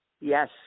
Yes